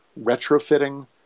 retrofitting